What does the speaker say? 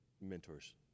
mentors